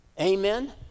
Amen